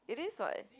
it is [what]